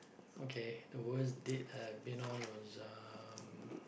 okay the worst date that I have been was uh